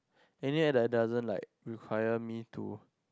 in the end that doesn't like require me to